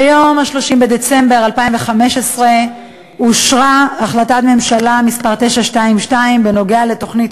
ביום 30 בדצמבר 2015 אושרה החלטת ממשלה מס' 922 בנוגע לתוכנית